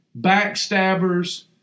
backstabbers